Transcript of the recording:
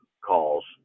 calls